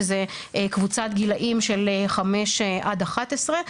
שזה קבוצת גילאים של 5 עד 11,